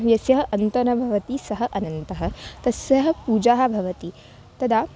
यस्य अन्तः न भवति सः अनन्तः तस्य पूजाः भवन्ति तदा